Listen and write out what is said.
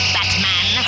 Batman